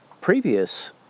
previous